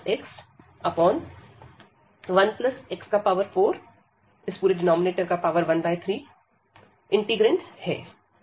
हम इस x को नीचे डिनॉमिनेटर में ला सकते हैं